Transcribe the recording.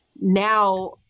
now